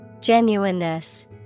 Genuineness